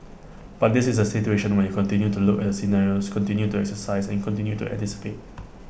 but this is A situation when you continue to look at the scenarios continue to exercise and continue to anticipate